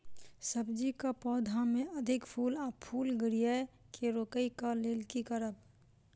सब्जी कऽ पौधा मे अधिक फूल आ फूल गिरय केँ रोकय कऽ लेल की करब?